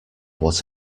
what